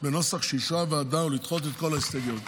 בנוסח שאישרה הוועדה ולדחות את כל ההסתייגויות.